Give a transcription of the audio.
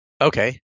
Okay